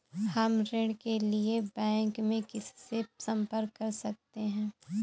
हम ऋण के लिए बैंक में किससे संपर्क कर सकते हैं?